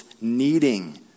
needing